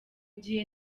gihe